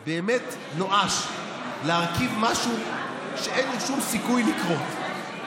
באמת נואש להרכיב משהו שאין לו שום סיכוי לקרות,